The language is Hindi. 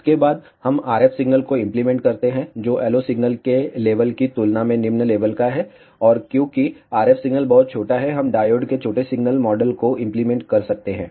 इसके बाद हम RF सिग्नल को इम्प्लीमेंट करते हैं जो LO सिग्नल के लेवल की तुलना में निम्न लेवल का है और क्योंकि RF सिग्नल बहुत छोटा है हम डायोड के छोटे सिग्नल मॉडल को इम्प्लीमेंट कर सकते हैं